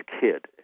kid